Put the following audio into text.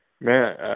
Man